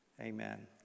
Amen